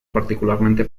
particularmente